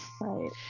Right